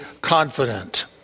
confident